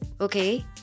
okay